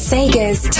Sega's